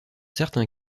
certains